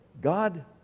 God